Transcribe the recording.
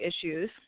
issues